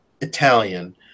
Italian